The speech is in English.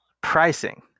Pricing